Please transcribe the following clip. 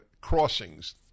crossings